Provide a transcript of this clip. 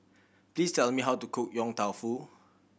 please tell me how to cook Yong Tau Foo